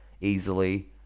easily